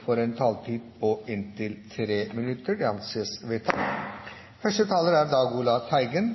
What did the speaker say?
får en taletid på inntil 3 minutter. – Det anses vedtatt. Merverdiavgiften